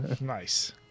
Nice